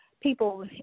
people